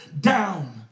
down